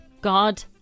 God